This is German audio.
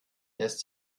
lässt